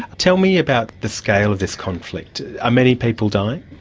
tell me about the scale of this conflict. are many people dying?